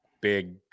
big